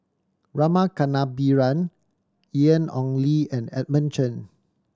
Rama Kannabiran Ian Ong Li and Edmund Chen